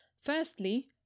Firstly